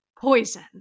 Poison